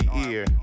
ear